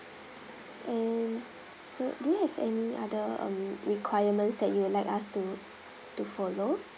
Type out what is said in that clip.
um so do you have any other um requirements that you would like us to to follow